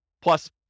plus